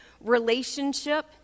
relationship